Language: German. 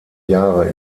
jahre